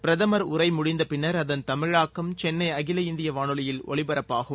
பிரதமர் உரை முடிந்த பின்னர் அதன் தமிழாக்கம் சென்னை அகில இந்திய வானொலியில் ஒலிபரப்பாகும்